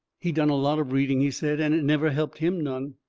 he'd done a lot of reading, he said, and it never helped him none.